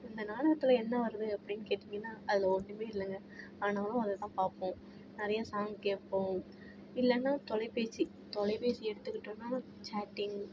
இந்த நாடகத்தில் என்ன வருது அப்படின்னு கேட்டிங்கன்னால் அதில் ஒன்னுமே இல்லைங்க ஆனாலும் அதை தான் பார்ப்போம் நிறையா சாங் கேட்போம் இல்லைன்னா தொலைப்பேசி தொலைப்பேசி எடுத்துக்கிட்டோம்னா சேட்டிங்